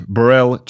Burrell